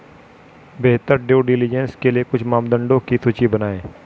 बेहतर due diligence के लिए कुछ मापदंडों की सूची बनाएं?